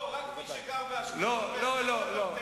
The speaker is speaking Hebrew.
רוב העם לא, רק מי שגר באשקלון, שדרות ועוטף-עזה.